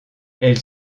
elle